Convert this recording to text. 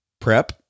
prep